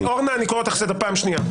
אורנה, אני קורא אותך לסדר פעם שנייה.